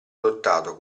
adottato